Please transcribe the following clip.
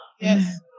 Yes